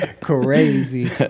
crazy